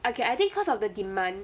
okay I think cause of the demand